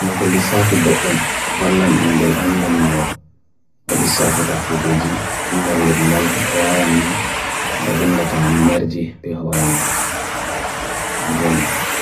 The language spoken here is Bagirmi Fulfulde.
mwukolisa fee bwotum valan dingel andan nwukolisa fata kujeji anda li bngal nwawan ni nwvindata numerji pehwara mago. Kanjwani.